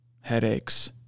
headaches